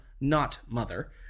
not-mother